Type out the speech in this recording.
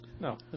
No